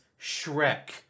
Shrek